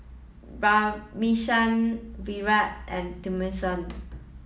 Radhakrishnan Virat and Thamizhavel